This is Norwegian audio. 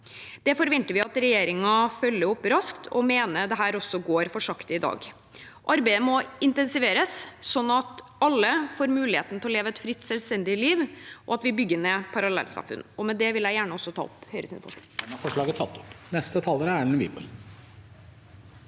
Det forventer vi at regjeringen følger opp raskt, og vi mener dette går for sakte i dag. Arbeidet må intensiveres, slik at alle får muligheten til å leve et fritt og selvstendig liv, og at vi bygger ned parallellsamfunn. Med det vil jeg gjerne også ta opp Høyres forslag. Presidenten